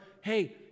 Hey